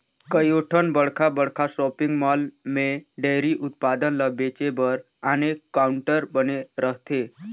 कयोठन बड़खा बड़खा सॉपिंग मॉल में डेयरी उत्पाद ल बेचे बर आने काउंटर बने रहथे